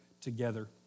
together